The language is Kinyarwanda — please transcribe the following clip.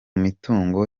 mitungo